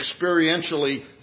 experientially